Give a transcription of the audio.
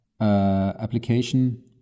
application